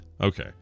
Okay